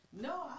No